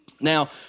Now